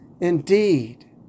indeed